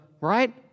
right